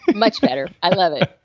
much better, i love it,